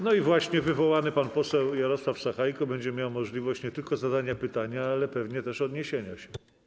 No i właśnie wywołany pan poseł Jarosław Sachajko będzie miał możliwość nie tylko zadania pytania, ale pewnie też odniesienia się.